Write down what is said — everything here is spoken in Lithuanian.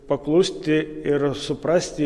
paklusti ir suprasti